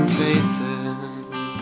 faces